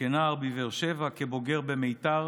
כנער בבאר שבע, כבוגר במיתר